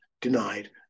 denied